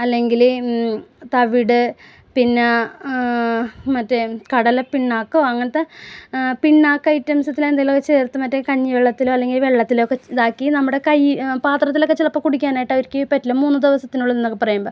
അല്ലെങ്കില് തവിട് പിന്നെ മറ്റേ കടലപ്പിണ്ണാക്കോ അങ്ങനത്തെ പിണ്ണാക്ക് ഐറ്റംസ് എന്തേലുമൊക്കെ ചേർത്ത് മറ്റേ കഞ്ഞിവെള്ളത്തിലോ അല്ലെങ്കിൽ വെള്ളത്തിലോക്കെ ഇതാക്കി നമ്മുടെ കയ്യിൽ പാത്രത്തിലക്കെ ചിലപ്പോൾ കുടിക്കാനായിട്ട് അവർക്ക് പറ്റില്ല മൂന്ന് ദിവസത്തിനുള്ളിൽ എന്നൊക്കെ പറയുമ്പം